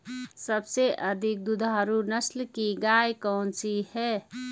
सबसे अधिक दुधारू नस्ल की गाय कौन सी है?